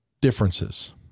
differences